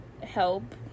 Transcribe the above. help